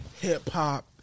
hip-hop